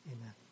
Amen